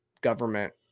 government